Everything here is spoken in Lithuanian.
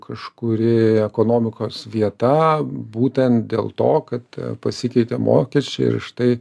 kažkuri ekonomikos vieta būtent dėl to kad pasikeitė mokesčiai ir štai